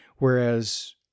Whereas